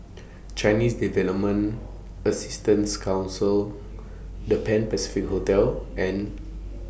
Chinese Development Assistance Council The Pan Pacific Hotel and